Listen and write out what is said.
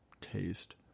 taste